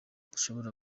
dushobora